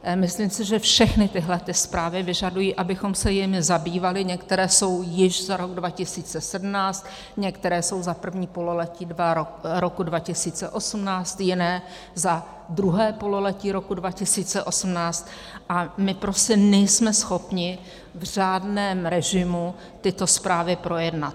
Myslím si, že všechny tyhle zprávy vyžadují, abychom se jimi zabývali, některé jsou již za rok 2017, některé jsou za první pololetí roku 2018, jiné za druhé pololetí roku 2018, a my prostě nejsme schopni v řádném režimu tyto zprávy projednat.